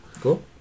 Cool